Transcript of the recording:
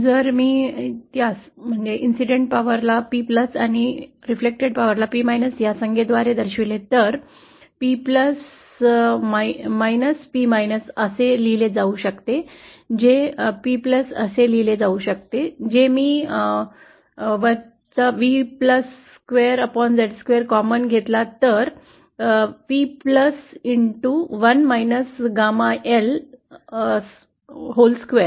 जर मी त्यास PLP P या संज्ञेद्वारे दर्शवि ले तर P P असे लिहिले जाऊ शकते जे P असे लिहिले जाऊ शकते जे मी V square Z0 कॉमन घेतला तर P1 - gama L whole square